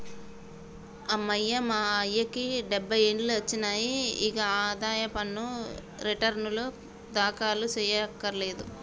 అమ్మయ్య మా అయ్యకి డబ్బై ఏండ్లు ఒచ్చినాయి, ఇగ ఆదాయ పన్ను రెటర్నులు దాఖలు సెయ్యకర్లేదు